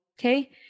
Okay